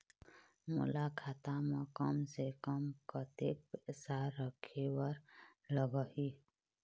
मोला खाता म कम से कम कतेक पैसा रखे बर लगही?